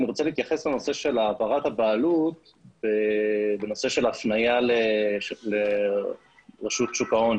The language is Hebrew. אני רוצה להתייחס לנושא של העברת הבעלות בנושא של הפניה לרשות שוק ההון.